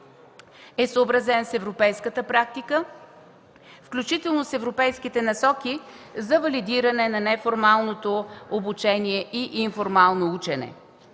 са съобразени с европейската практика, включително с европейските насоки за валидиране на неформалното обучение и информално учене.